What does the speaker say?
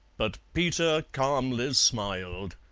but peter calmly smiled.